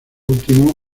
último